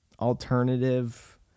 alternative